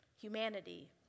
humanity